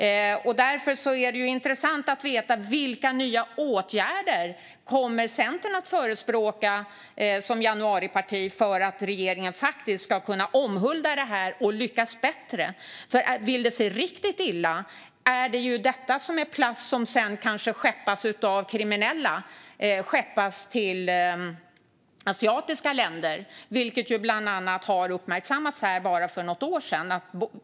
Det är därför intressant att veta: Vilka nya åtgärder kommer Centern som januariparti att förespråka för att regeringen ska kunna omhulda detta och lyckas bättre? Vill det sig riktigt illa är det plast som av kriminella kanske skeppas till asiatiska länder. Det har bland annat uppmärksammats här för bara något år sedan.